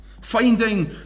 Finding